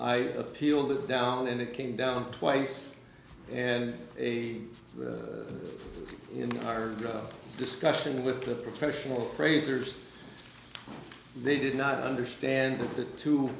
i appealed it down and it came down twice and in our discussion with the professional fraser's they did not understand t